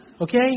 Okay